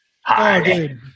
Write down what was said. Hi